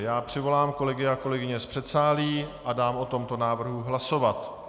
Já přivolám kolegy a kolegyně z předsálí a dám o tomto návrhu hlasovat.